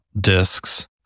discs